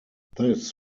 this